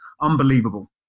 unbelievable